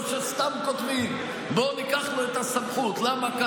או שסתם כותבים: בואו ניקח לו את הסמכות, למה?